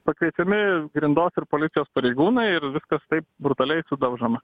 pakviečiami grindos ir policijos pareigūnai ir viskas taip brutaliai sudaužoma